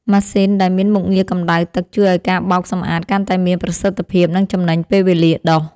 ម៉ាស៊ីនដែលមានមុខងារកម្តៅទឹកជួយឱ្យការបោកសម្អាតកាន់តែមានប្រសិទ្ធភាព និងចំណេញពេលវេលាដុស។